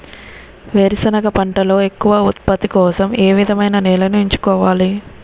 వేరుసెనగ పంటలో ఎక్కువ ఉత్పత్తి కోసం ఏ విధమైన నేలను ఎంచుకోవాలి?